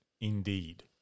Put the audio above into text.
Indeed